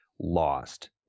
Lost